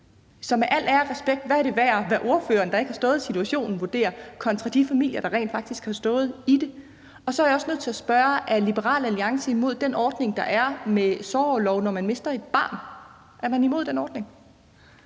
og respekt vil jeg spørge: Hvad er det værd, hvad ordføreren, der ikke har stået i situationen, vurderer, kontra hvad de familier, der rent faktisk har stået i det, vurderer? Så er jeg også nødt til at spørge: Er Liberal Alliance imod den ordning, der er om sorgorlov, når man mister et barn? Er man imod den ordning?